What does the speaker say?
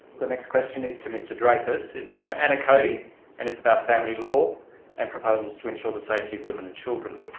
the next question is to mr dreyfus, it's from anna cody and it's about family law and proposals to ensure the safety of women and children.